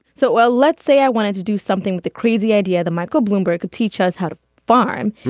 so. well, let's say i wanted to do something with the crazy idea that michael bloomberg could teach us how to farm.